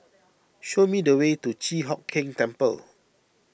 show me the way to Chi Hock Keng Temple